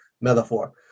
metaphor